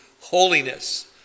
holiness